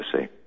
see